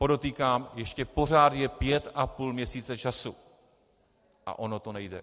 Podotýkám, ještě pořád je pět a půl měsíce času a ono to nejde!